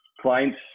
clients